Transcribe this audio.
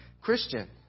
christian